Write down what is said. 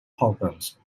problems